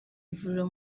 ivuriro